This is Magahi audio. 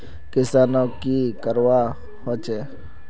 किसानोक की करवा होचे?